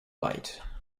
light